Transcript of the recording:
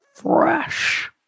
Fresh